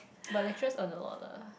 but lecturers earn a lot lah